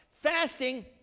Fasting